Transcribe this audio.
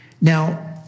Now